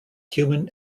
human